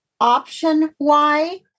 Option-Y